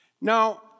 Now